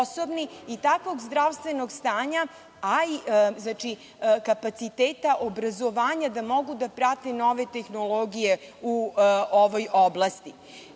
i takvog zdravstvenog stanja, a i kapaciteta obrazovanja, da mogu da prate nove tehnologije u ovoj oblasti. Još